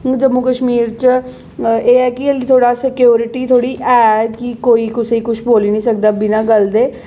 हून जम्मू कश्मीर च एह् ऐ कि थोह्ड़ा सिक्योरटी थोह्ड़ी है कि कोई कुसै ई किश बोल्ली निं सकदा बिना गल्ल दे